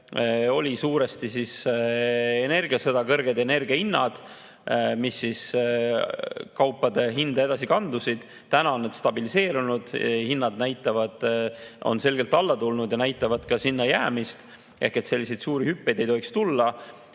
oli suuresti energiasõda ja kõrged energiahinnad, mis kaupade hinda edasi kandusid. Täna on need stabiliseerunud, hinnad on selgelt alla tulnud ja näitavad ka sinna jäämist. Selliseid suuri hüppeid ei tohiks tulla